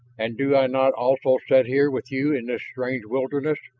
and do i not also sit here with you in this strange wilderness?